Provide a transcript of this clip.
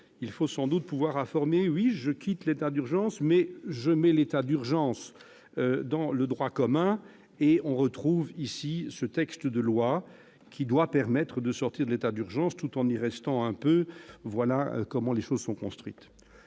il faut sans doute pouvoir affirmer :« Oui, je quitte l'état d'urgence, mais je mets l'état d'urgence dans le droit commun. » Ainsi, on aboutit à ce texte de loi, qui doit permettre de sortir de l'état d'urgence tout en y restant un peu. Voilà comment les faits se sont enchaînés.